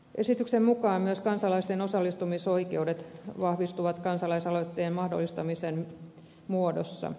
esityksen mukaan myös kansalaisten osallistumisoikeudet vahvistuvat kansalaisaloitteen mahdollistamisen muodossa